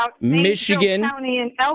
Michigan